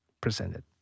presented